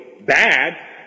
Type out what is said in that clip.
bad